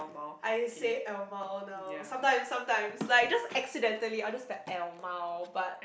I say lmao now some times some times like just accidentally I will just like lmao but